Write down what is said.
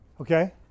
Okay